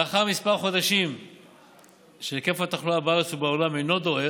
לאחר כמה חודשים שהיקף התחלואה בארץ ובעולם אינו דועך,